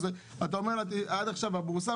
אז אתה אומר לה עד עכשיו הבורסה,